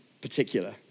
particular